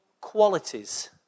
qualities